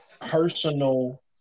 personal